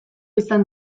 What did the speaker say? izan